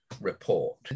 report